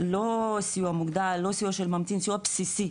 לא סיוע מוגדל, לא סיוע של ממתין, סיוע בסיסי.